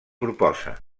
proposa